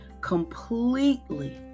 completely